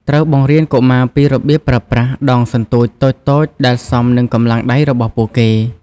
ត្រូវបង្រៀនកុមារពីរបៀបប្រើប្រាស់ ដងសន្ទូច តូចៗដែលសមនឹងកម្លាំងដៃរបស់ពួកគេ។